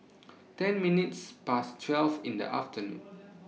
ten minutes Past twelve in The afternoon